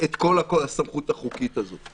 את כל הסמכות החוקית הזאת.